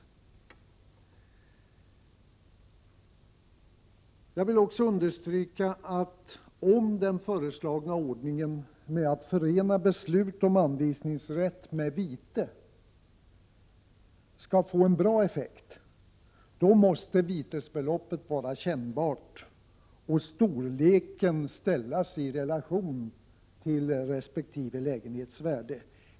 Jag vill också understryka att om den föreslagna ordningen med att förena beslut om anvisningsrätt med vite skall få en bra effekt, måste vitesbeloppet vara kännbart och storleken ställas i relation till resp. lägenheters värde.